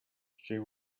she